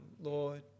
Lord